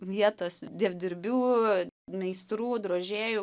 vietos dievdirbių meistrų drožėjų